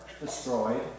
destroyed